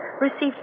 received